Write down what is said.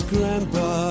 Grandpa